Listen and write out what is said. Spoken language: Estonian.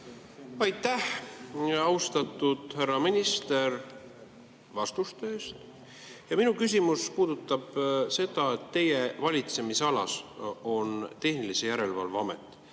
Aitäh, austatud härra minister, vastuste eest! Minu küsimus puudutab seda, et teie valitsemisalas on tehnilise järelevalve amet,